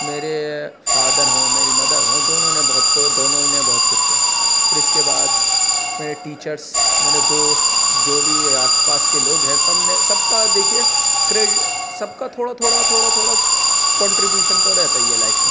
میرے فادر ہوں میری مدر ہوں دونوں نے بہت کو دونوں نے بہت کچھ کیا پھر اس کے بعد میرے ٹیچرس میرے دوست جو بھی آس پاس کے لوگ ہیں سب نے سب کا دیکھیے کریڈٹ سب کا تھوڑا تھوڑا تھوڑا تھوڑا کنٹریبیوشن تو رہتا ہی ہے لائف میں